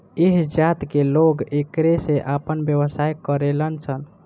ऐह जात के लोग एकरे से आपन व्यवसाय करेलन सन